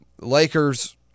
Lakers